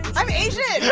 i'm asian.